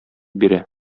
бирә